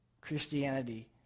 Christianity